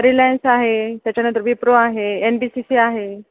Reliance आहे त्याच्यानंतर विप्रो आहे एन बी सी सी आहे